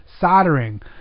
Soldering